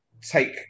take